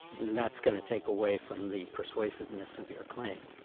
that's going to take away from the persuasiveness of your claim.